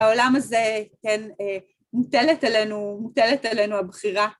‫בעולם הזה, כן, מוטלת עלינו, מוטלת עלינו הבחירה.